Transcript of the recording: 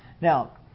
Now